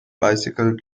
bicycle